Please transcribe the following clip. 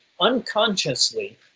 Unconsciously